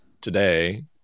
today